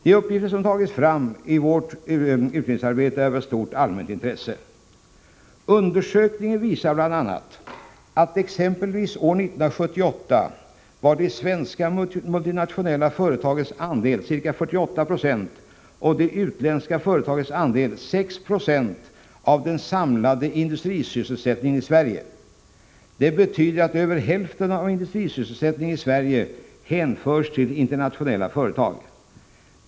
De uppgifter som tagits fram i vårt utredningsarbete är av stort allmänt intresse. Undersökningen visar bl.a. att år 1978 var de svenska multinationella företagens andel ca 48 96 och de utländska företagens andel 6 96 av den samlade industrisysselsättningen i Sverige. Det betyder att över hälften av industrisysselsättningen i Sverige hänförs till internationella företag.